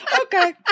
Okay